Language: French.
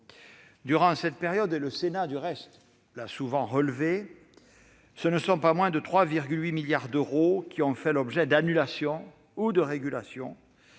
Durant cette période, comme le Sénat l'a souvent relevé, ce ne sont pas moins de 3,8 milliards d'euros de crédits qui ont fait l'objet d'annulations ou de régulations